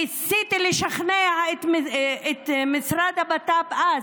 ניסיתי לשכנע את משרד הבט"פ אז.